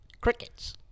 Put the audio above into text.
Crickets